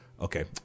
okay